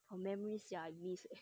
!whoa! memory sia you miss eh